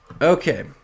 Okay